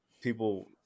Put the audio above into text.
people